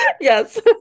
Yes